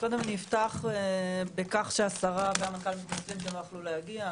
קודם אני אפתח בזה בכך שהשרה והמנכ"ל משרד הפנים לא יכלו להגיע.